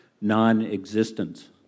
non-existence